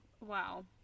Wow